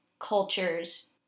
cultures